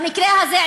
במקרה הזה,